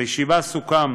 בישיבה סוכם